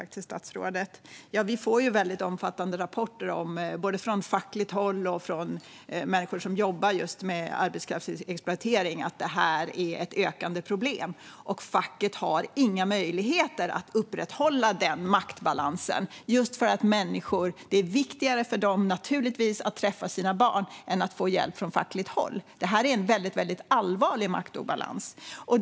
Fru talman! Vi får omfattande rapporter både från fackligt håll och från människor som jobbar med arbetskraftsexploatering om att det är ett ökande problem och att facket inte har några möjligheter att upprätthålla maktbalansen, just för att det naturligtvis är viktigare för människor att få träffa sina barn än att få hjälp från fackligt håll. Detta är en väldigt allvarlig maktobalans.